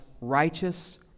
righteous